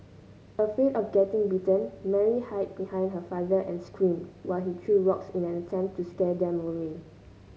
afraid of getting bitten Mary hide behind her father and screamed while he threw rocks in an attempt to scare them away